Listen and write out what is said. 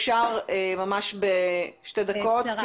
עוסקת הרבה בנושא של השלטון המקומי.